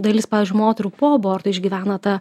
dalis moterų po aborto išgyvena tą